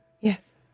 Yes